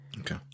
Okay